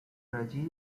rajiv